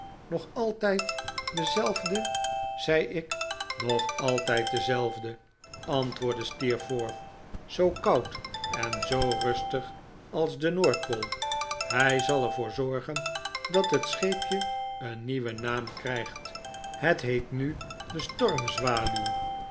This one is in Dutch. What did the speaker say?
nog altijd dezelfde zei ik nog altijd dezelfde antwoordde steerforth zoo koud en zoo rustig als de noordpool hij zal er voor zorgen dat het scheepje een nieuwen naam krijgt het heet nu de